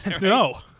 No